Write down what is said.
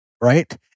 right